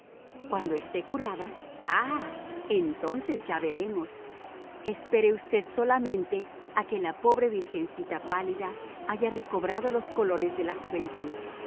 cuando esté curada ah entonces ya veremos espere usted solamente a que la pobre virgencita pálida haya recobrado los colores de la juventud